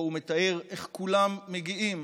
ובו הוא מתאר איך כולם מגיעים